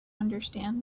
understand